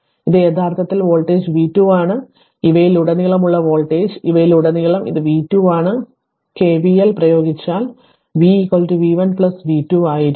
ഇത് യഥാർത്ഥത്തിൽ voltage v2 ആണ് അതായത് ഇവയിലുടനീളമുള്ള വോൾട്ടേജ് ഇവയിലുടനീളം ഇത് v 2 ആണ് അതിനാൽ കെവിഎൽ പ്രയോഗിച്ചാൽ അത് v v 1 പ്ലസ് v 2 ആയിരിക്കും